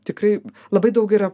tikrai labai daug yra